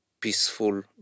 peaceful